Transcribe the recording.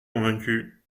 convaincue